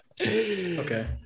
Okay